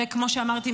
וכמו שאמרתי,